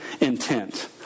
intent